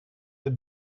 the